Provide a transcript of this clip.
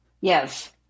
Yes